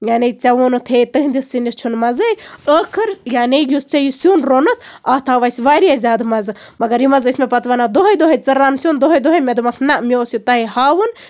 یعنی ژٕ ووٚنُتھ ہے تُہُندِس سِنِس چھُنہٕ مَزَے ٲخٔر یعنی یُس ژےٚ یہِ سیُن روٚنُتھ اَتھ آو اَسہِ واریاہ زیادٕ مَزٕ مَگر یِم حظ ٲسۍ مےٚ پَتہٕ وَنان دۄہے دۄہے ژٕ رَن سیُن دۄہے دۄہے مےٚ دوٚپمَکھ نہ مےٚ اوس یہِ تۄہہِ ہاوُن